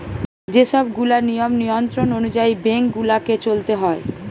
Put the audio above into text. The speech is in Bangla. যে সব গুলা নিয়ম নিয়ন্ত্রণ অনুযায়ী বেঙ্ক গুলাকে চলতে হয়